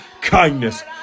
kindness